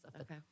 Okay